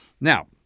Now